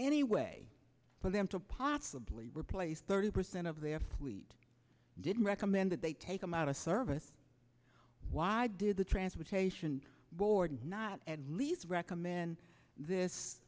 any way for them to possibly replace thirty percent of their fleet didn't recommend that they take them out of service why did the transportation board not at least